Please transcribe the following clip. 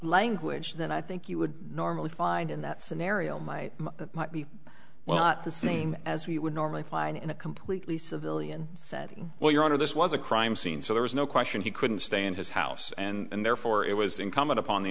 language that i think you would normally find in that scenario might be well not the same as we would normally find in a completely civilian setting well your honor this was a crime scene so there was no question he couldn't stay in his house and therefore it was incumbent upon the